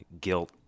guilt